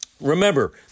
remember